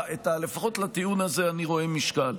לפחות לטיעון הזה אני רואה משקל.